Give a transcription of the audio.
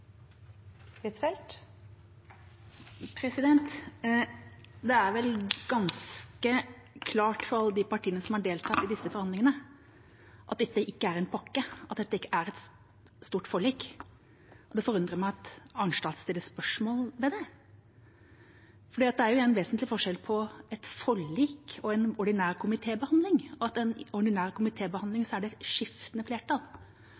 har deltatt i disse forhandlingene, at dette ikke er en pakke, at dette ikke er et stort forlik, og det forundrer meg at Arnstad stiller spørsmål ved det. For det er en vesentlig forskjell på et forlik og en ordinær komitébehandling ved at i en ordinær komitébehandling er det skiftende flertall.